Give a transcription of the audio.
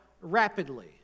rapidly